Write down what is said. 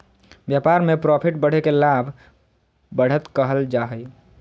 व्यापार में प्रॉफिट बढ़े के लाभ, बढ़त कहल जा हइ